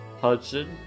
Hudson